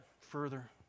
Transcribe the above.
further